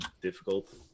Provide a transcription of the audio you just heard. difficult